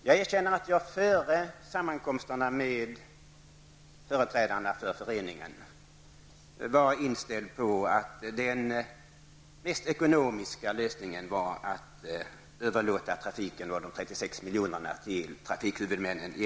Jag erkänner att jag före sammankomsterna med företrädarna för föreningen var inställd på att den mest ekonomiska lösningen var att i enlighet med regeringens förslag överlåta trafiken och de 36 miljonerna till trafikhuvudmännen.